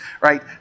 right